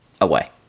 away